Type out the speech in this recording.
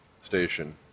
station